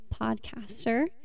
podcaster